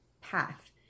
path